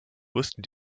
wussten